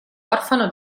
orfano